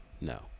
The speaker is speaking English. No